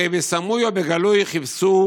הרי בסמוי ובגלוי הם חיפשו